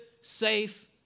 safe